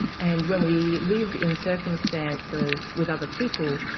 and when we live in circumstances with other people,